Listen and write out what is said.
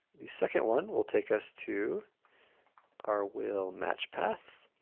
the second one will take us to our will-match path.